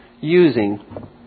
using